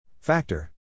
Factor